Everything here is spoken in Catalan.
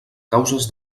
causes